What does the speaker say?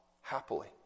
happily